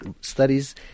studies